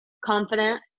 confident